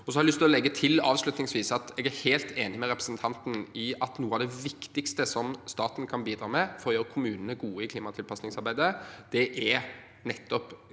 jeg er helt enig med representanten i at noe av det viktigste staten kan bidra med for å gjøre kommunene gode i klimatilpasningsarbeidet, er nettopp